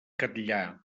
catllar